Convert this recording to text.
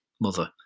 mother